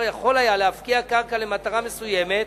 היה יכול להפקיע קרקע למטרה מסוימת